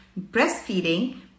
breastfeeding